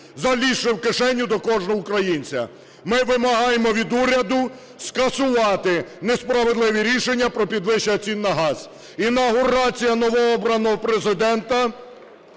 залізши в кишеню до кожного українця. Ми вимагаємо від уряду скасувати несправедливі рішення про підвищення ціни на газ. Інавгурація новообраного Президента